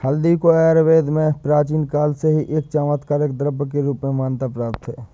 हल्दी को आयुर्वेद में प्राचीन काल से ही एक चमत्कारिक द्रव्य के रूप में मान्यता प्राप्त है